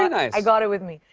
i got it with me.